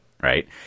right